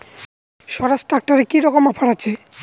স্বরাজ ট্র্যাক্টরে কি রকম অফার আছে?